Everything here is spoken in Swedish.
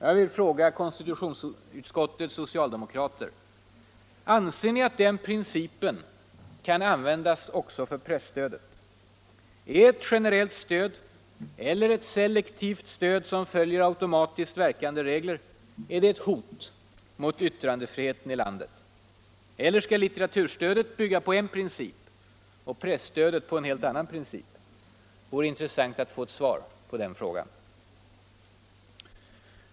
Jag vill fråga konstitutionsutskottets socialdemokrater: Anser ni att den principen kan användas också för presstödet? Är ett generellt stöd eller ett selektivt stöd som följer automatiskt verkande regler ett hot mot yttrandefriheten i landet? Eller skall litteraturstödet bygga på en princip och presstödet på en helt annan princip? Det vore intressant att få ett svar på den frågan.